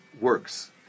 works